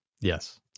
Yes